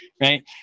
right